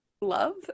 love